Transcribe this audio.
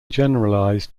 generalized